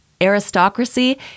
aristocracy